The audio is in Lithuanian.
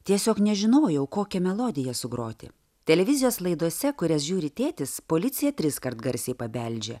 tiesiog nežinojau kokią melodiją sugroti televizijos laidose kurias žiūri tėtis policija triskart garsiai pabeldžia